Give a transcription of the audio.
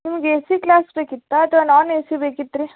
ನಿಮಗೆ A C class ಬೇಕಿತ್ತಾ ಅಥ್ವಾ ನಾನ್ ಏ ಸಿ ಬೇಕಿತ್ರಿ